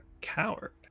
coward